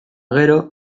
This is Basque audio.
gero